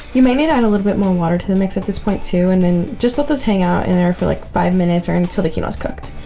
you may need to add a little bit more water to the mix at this point too, and then just let this hang out in there for like five minutes or until the quinoa is cooked.